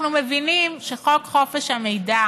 אנחנו מבינים שחוק חופש המידע